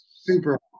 Super